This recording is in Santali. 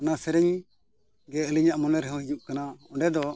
ᱚᱱᱟ ᱥᱮᱨᱮᱧ ᱜᱮ ᱟᱹᱞᱤᱧᱟᱜ ᱢᱚᱱᱮ ᱨᱮᱦᱚᱸ ᱦᱤᱡᱩᱜ ᱠᱟᱱᱟ ᱚᱸᱰᱮ ᱫᱚ